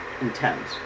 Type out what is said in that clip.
intense